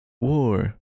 war